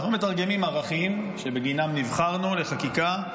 אנחנו מתרגמים ערכים שבגינם נבחרנו לחקיקה.